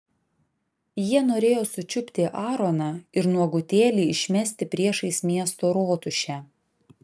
jie norėjo sučiupti aaroną ir nuogutėlį išmesti priešais miesto rotušę